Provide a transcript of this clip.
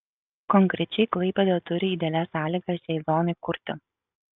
konkrečiai klaipėda turi idealias sąlygas šiai zonai kurti